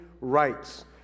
rights